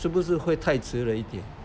是不是会太迟了一点